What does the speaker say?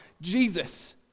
Jesus